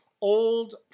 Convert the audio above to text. Old